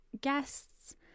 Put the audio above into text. guests